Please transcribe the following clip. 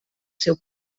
seu